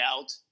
out